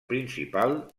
principal